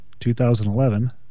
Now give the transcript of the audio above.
2011